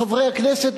חברי הכנסת,